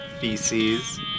Feces